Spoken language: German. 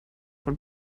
von